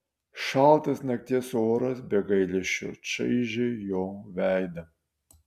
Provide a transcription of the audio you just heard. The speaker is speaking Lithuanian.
šaltas nakties oras be gailesčio čaižė jo veidą